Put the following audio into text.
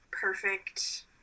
perfect